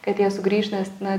kad jie sugrįš nes na